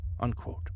unquote